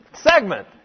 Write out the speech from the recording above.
segment